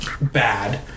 bad